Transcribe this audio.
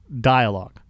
dialogue